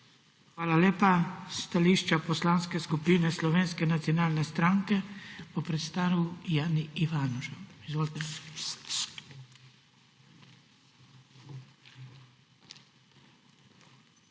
Hvala lepa. Stališče Poslanske skupine Slovenske nacionalne stranke bo predstavil Jani Ivanuša. Izvolite.